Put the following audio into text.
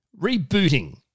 rebooting